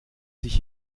sich